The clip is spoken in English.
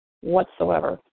whatsoever